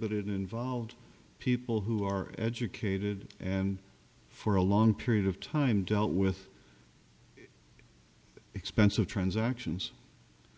but it involved people who are educated and for a long period of time dealt with expensive transactions